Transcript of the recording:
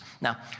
Now